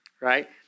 right